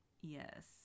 Yes